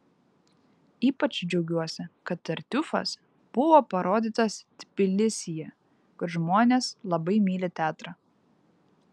ypač džiaugiuosi kad tartiufas buvo parodytas tbilisyje kur žmonės labai myli teatrą